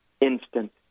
instant